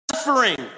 suffering